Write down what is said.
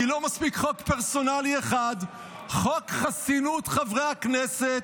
כי לא מספיק חוק פרסונלי אחד: חוק חסינות חברי הכנסת,